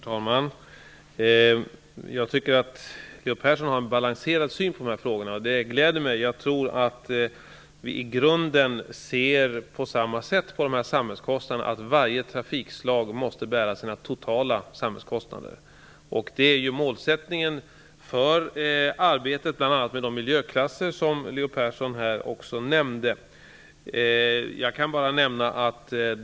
Herr talman! Jag tycker att Leo Persson har en balanserad syn på dessa frågor, och det gläder mig. Jag tror att vi i grunden ser på samma sätt på samhällskostnaderna. Varje trafikslag måste bära sina totala samhällskostnader, och det är målsättningen för arbetet med bl.a. de miljöklasser som Leo Persson här nämnde.